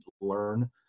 learn